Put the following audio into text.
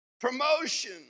promotion